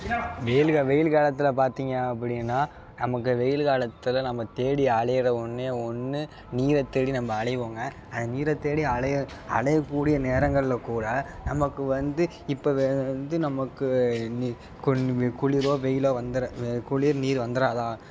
வெயில் கா வெயில் காலத்தில் பார்த்தீங்க அப்படின்னா நமக்கு வெயில் காலத்தில் நம்ம தேடி அலையிற ஒன்றே ஒன்று நீரை தேடி நம்ம அலைவோங்க அது நீரை தேடி அலைய அலையக்கூடிய நேரங்களில் கூட நமக்கு வந்து இப்போ வே வந்து நமக்கு குளிரோ வெயிலோ வந்துர வே குளிர் நீர் வந்துராதா